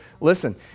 Listen